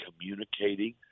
communicating